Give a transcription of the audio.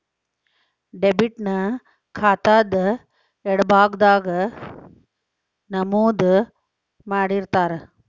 debit ನ ಖಾತಾದ್ ಎಡಭಾಗದಾಗ್ ನಮೂದು ಮಾಡಿರ್ತಾರ